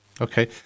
okay